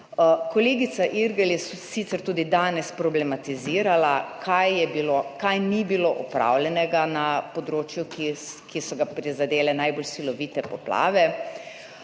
Kolegica Irgl je sicer tudi danes problematizirala, kaj je bilo, kaj ni bilo opravljenega na področju, ki so ga prizadele najbolj silovite poplave.